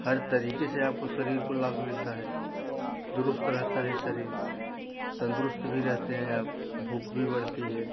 हर तरीके से आपको शरीर को लाभ मिलता है दुरुस्त रहता है शरीर तंदुरुस्त भी रहते हैं आप भूख भी बढ़ती है